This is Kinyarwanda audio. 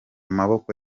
maboko